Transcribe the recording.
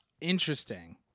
Interesting